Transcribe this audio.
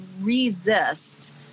resist